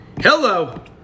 hello